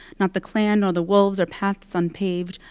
not the klan nor the wolves or paths unpaved.